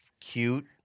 Cute